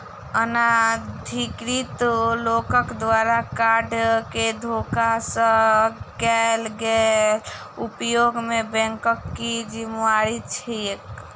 अनाधिकृत लोकक द्वारा कार्ड केँ धोखा सँ कैल गेल उपयोग मे बैंकक की जिम्मेवारी छैक?